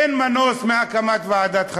אין מנוס מהקמת ועדת חקירה.